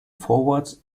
forwards